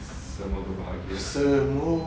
semoga bahagia